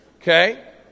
okay